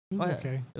Okay